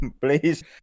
please